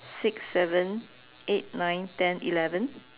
six seven eight nine ten eleven